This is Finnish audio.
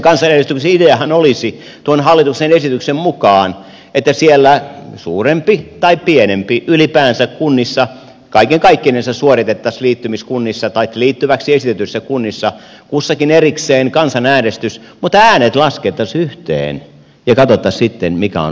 seudullisen kansanäänestyksen ideahan olisi tuon hallituksen esityksen mukaan että niissä liittymiskunnissa tai liittyväksi esitetyissä kunnissa suuremmissa tai pienemmissä ylipäänsä kunnissa kaiken kaikkinensa suoritettaisiin kussakin erikseen kansanäänestys mutta äänet laskettaisiin yhteen ja katsottaisiin sitten mikä on lopputulos